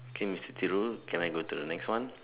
okay mister Thiru can I go to the next one